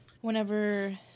whenever